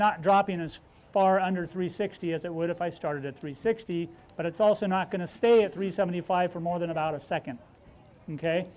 not dropping as far under three sixty as it would if i started at three sixty but it's also not going to stay at three seventy five for more than about a second ok